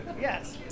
Yes